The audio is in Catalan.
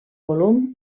volum